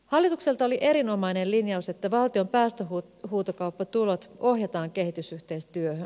hallitukselta oli erinomainen linjaus että valtion päästöhuutokauppatulot ohjataan kehitysyhteistyöhön